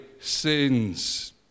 sins